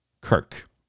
Kirk